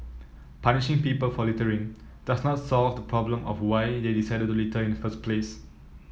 punishing people for littering does not solve the problem of why they decided to litter in the first place